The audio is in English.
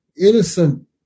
innocent